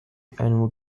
annual